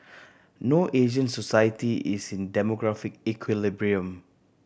no Asian society is in demographic equilibrium